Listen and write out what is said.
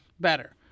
better